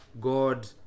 god